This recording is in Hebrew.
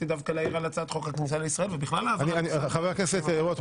עובר לוועדת חוקה, חוק ומשפט.